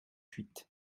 huit